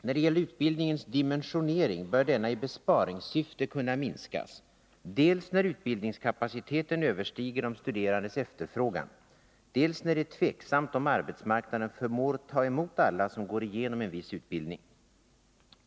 När det gäller utbildningens dimensionering bör denna i besparingssyfte kunna minskas, dels då utbildningskapaciteten överstiger de studerandes efterfrågan, dels när det är tveksamt om arbetsmarknaden förmår ta mot alla som går igenom en viss utbildning.